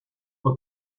what